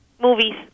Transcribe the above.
Movies